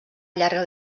llarga